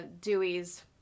Dewey's